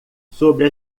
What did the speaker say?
sobre